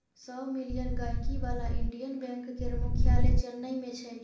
सय मिलियन गांहिकी बला इंडियन बैंक केर मुख्यालय चेन्नई मे छै